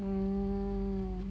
mm